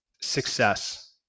success